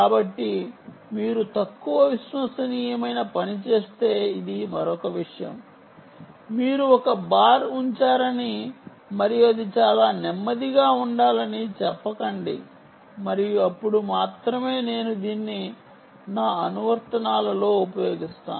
కాబట్టి మీరు తక్కువ విశ్వసనీయమైన పని చేస్తే ఇది మరొక విషయం మీరు ఒక బార్ ఉంచారని మరియు అది చాలా నమ్మదగినదిగా ఉండాలని చెప్పకండి మరియు అప్పుడు మాత్రమే నేను దీన్ని నా అనువర్తనాలలో ఉపయోగిస్తాను